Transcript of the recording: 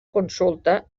consulta